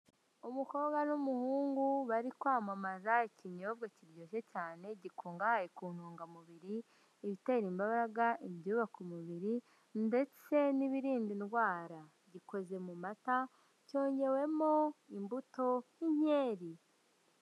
Umukobwa n'umuhungu bari kwamamaza ikinyobwa kiryoshye cyane gikungahaye ku ntungamubiri, ibitera imbaraga, ibyubaka umubiri ndetse n'ibirinda indwara gikoze mu mata cyongewemo imbuto nk'inyeri.